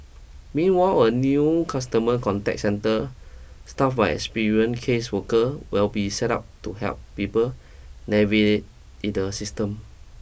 meanwhile a new customer contact centre staffed by experienced caseworkers will be set up to help people the system